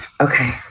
Okay